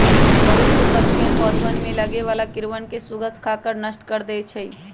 बहुत से पक्षीअन पौधवन में लगे वाला कीड़वन के स्खुद खाकर नष्ट कर दे हई